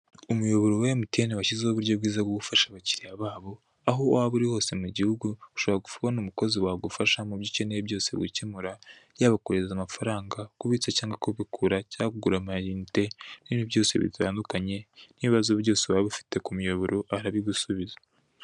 Umuyoboro wa MTN washyizeho uburyo bwiza bwo gufasha abakiriya babo, aho waba uri hose mugihugu ushobora kubona Umukozi wagufasha mubyo ukeneye byose gukemura, yaba kohereza amafaranga, kubitsa cyangwa kubikura cyangwa kugura ama inite n'ibindi byose bitandukanye, n'ibibazo byose waba ufite kumiyoboro arabigusubiza.